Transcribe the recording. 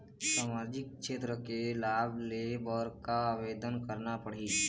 सामाजिक क्षेत्र के लाभ लेहे बर का आवेदन करना पड़ही?